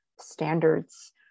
standards